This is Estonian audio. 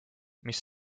mis